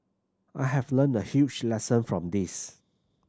I have learnt a huge lesson from this